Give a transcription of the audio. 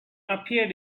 appeared